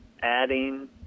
adding